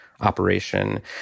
operation